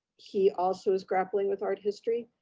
he also is grappling with art history,